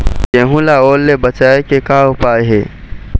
गेहूं ला ओल ले बचाए के का उपाय हे?